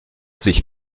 sich